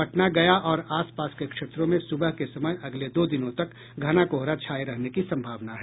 पटना गया और आस पास के क्षेत्रों में सुबह के समय अगले दो दिनों तक घना कोहरा छाये रहने की सम्भावना है